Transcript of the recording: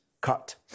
cut